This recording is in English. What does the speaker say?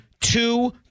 Two